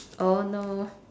oh no